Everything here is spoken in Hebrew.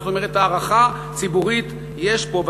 זאת אומרת, הערכה ציבורית יש פה.